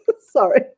Sorry